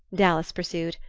dallas pursued.